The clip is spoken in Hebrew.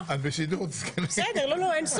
קיבלנו לפני כמה ימים מכתב חתום על ידי יושבי-ראש